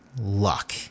luck